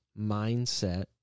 mindset